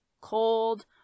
cold